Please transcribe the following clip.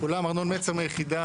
הדברים